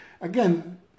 again